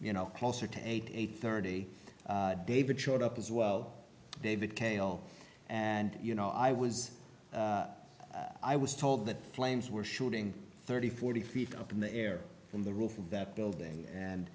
you know closer to eight thirty david showed up as well david kato and you know i was i was told that flames were shooting thirty forty feet up in the air from the roof of that building and